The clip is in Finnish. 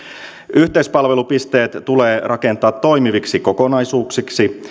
yhteispalvelupisteet tulee rakentaa toimiviksi kokonaisuuksiksi